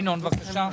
ינון, בבקשה.